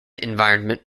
environment